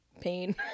pain